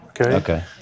Okay